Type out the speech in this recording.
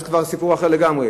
ואז זה כבר סיפור אחר לגמרי,